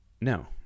no